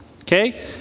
Okay